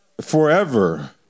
forever